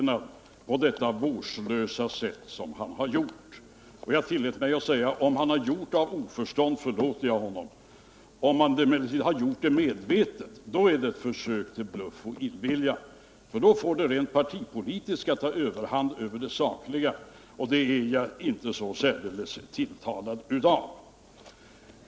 Jag fick det intrycket av hans inlägg. Jag tillät mig säga att om han citerat av oförstånd förlåter jag honom, men om han har gjort det medvetet är det ett försök till bluff och illvilja. Då får det rent partipolitiska ta överhand över det sakliga, och det är jag inte så särdeles tilltalad av.